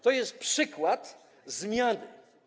To jest przykład zmiany.